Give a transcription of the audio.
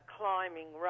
climbing